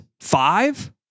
Five